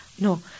No